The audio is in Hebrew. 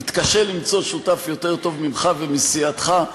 יתקשה למצוא שותף יותר ממך ומסיעתך.